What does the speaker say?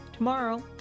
Tomorrow